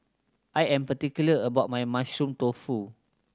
I am particular about my Mushroom Tofu